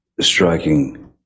striking